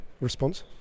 response